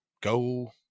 go